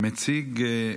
מציג,